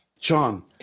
John